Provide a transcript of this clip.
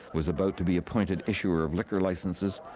was about to be appointed issuer of liquor licences,